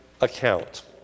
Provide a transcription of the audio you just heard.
account